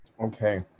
Okay